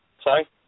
Sorry